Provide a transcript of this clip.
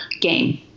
game